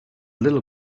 little